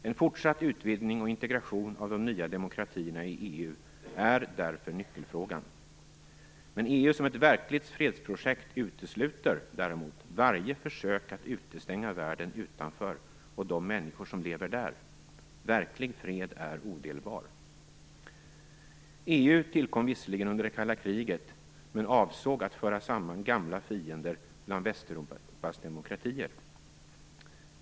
En fortsatt utvidgning och integration av de nya demokratierna i EU är därför nyckelfrågan. EU som ett verkligt fredsprojekt utesluter däremot varje försök att utestänga världen utanför och de människor som lever där. Verklig fred är odelbar. EU tillkom visserligen under det kalla kriget men avsåg att föra samman gamla fiender bland Västeuropas demokratier.